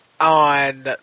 On